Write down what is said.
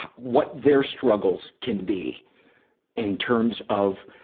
what their struggles can be in terms of